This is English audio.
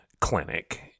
clinic